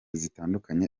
zitandukanye